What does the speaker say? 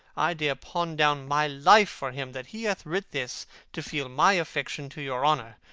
i dare pawn down my life for him that he hath writ this to feel my affection to your honour,